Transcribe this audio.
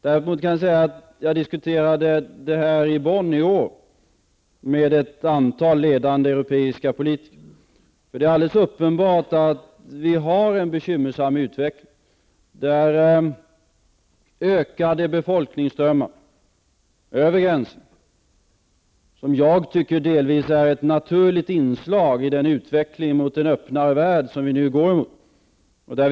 Däremot kan jag säga att jag har diskuterat detta i Och det är alldeles uppenbart att vi har en bekymmersam utveckling med ökade befolkningsströmmar över gränserna, som jag tycker delvis är ett naturligt inslag i den utveckling mot en öppnare värld som vi nu går mot.